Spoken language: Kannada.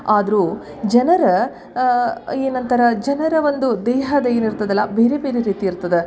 ಆದರೂ ಜನರ ಏನಂತಾರ ಜನರ ಒಂದು ದೇಹದ ಏನು ಇರ್ತದಲ್ಲ ಬೇರೆ ಬೇರೆ ರೀತಿ ಇರ್ತದೆ